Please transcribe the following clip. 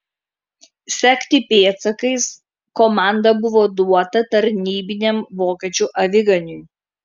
sekti pėdsakais komanda buvo duota tarnybiniam vokiečių aviganiui